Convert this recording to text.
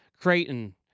Creighton